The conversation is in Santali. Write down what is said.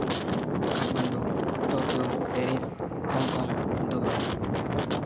Kathmandu Tokyo Paris Hong Kong Dubai